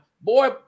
Boy